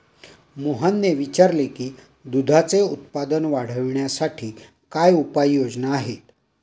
मोहनने विचारले की दुधाचे उत्पादन वाढवण्यासाठी काय उपाय योजना आहेत?